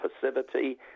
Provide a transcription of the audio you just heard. passivity